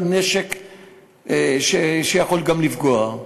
נשק שיכול גם לפגוע.